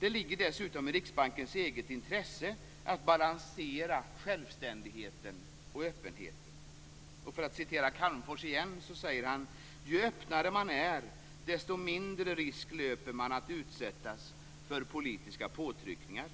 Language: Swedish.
Det ligger dessutom i Riksbankens eget intresse att balansera självständigheten och öppenheten. Jag refererar till Calmfors igen: Ju öppnare man är desto mindre risk löper man att utsättas för politiska påtryckningar.